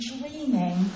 dreaming